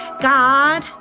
God